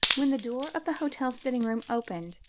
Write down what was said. when the door of the hotel sitting-room opened,